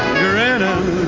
grinning